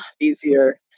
easier